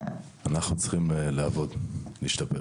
אנחנו צריכים לעבוד ולהשתפר.